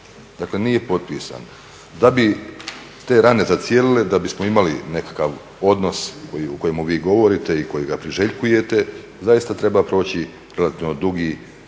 on nije potpisan. Da bi te rane zacijelile da bismo imali nekakav odnos o kojemu vi govorite i kojega priželjkujete, zaista treba proći relativno dugi,